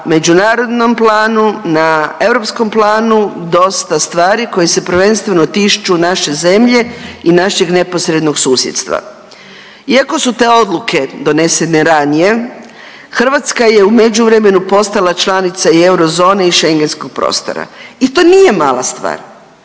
međunarodnom planu, na europskom planu dosta stvari koje se prvenstveno tiču naše zemlje i našeg neposrednog susjedstva. Iako su te odluke donesene ranije Hrvatska je u međuvremenu postala članica i eurozone i schengentskog prostora i to nije mala stvar.